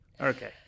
Okay